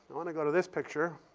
i want to go to this picture.